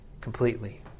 completely